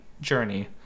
journey